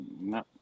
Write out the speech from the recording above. No